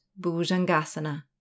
Bhujangasana